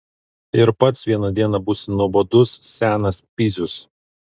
ir pats vieną dieną būsi nuobodus senas pizius